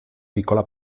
piccola